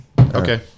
Okay